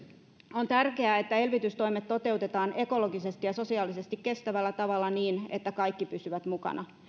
on tärkeää että elvytystoimet toteutetaan ekologisesti ja sosiaalisesti kestävällä tavalla niin että kaikki pysyvät mukana